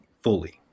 fully